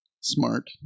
smart